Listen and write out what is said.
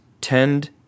tend